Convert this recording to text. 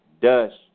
Dust